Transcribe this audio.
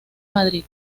madrid